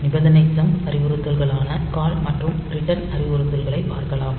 நிபந்தனை ஜம்ப் அறிவுறுத்தல்களான கால் மற்றும் ரிட்டர்ன் அறிவுறுத்தல்களைப் பார்க்கலாம்